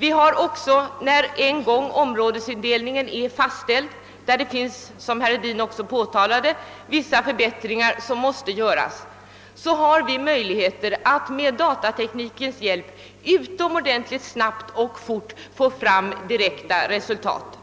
Vi har också när områdesindelningen en gång är fastställd — på den punkten måste det som herr Hedin påtalade också göras förbättringar — möjligheter att med datateknikens hjälp utomordentligt snabbt få fram resultaten.